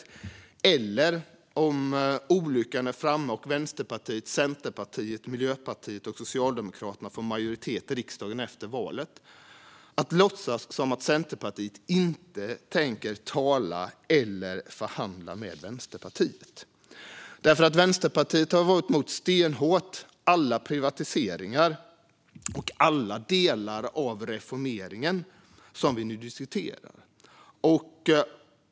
Man kan inte heller, om olyckan är framme och Vänsterpartiet, Centerpartiet, Miljöpartiet och Socialdemokraterna får majoritet i riksdagen, låtsas som att Centerpartiet inte tänker tala eller förhandla med Vänsterpartiet. Vänsterpartiet har stenhårt varit emot alla privatiseringar och alla delar av den reformering vi nu diskuterar.